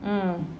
(mm(